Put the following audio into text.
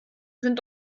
sind